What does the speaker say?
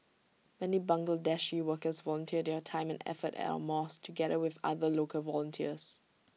many Bangladeshi workers volunteer their time and effort at our mosques together with other local volunteers